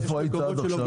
איפה היית עד עכשיו?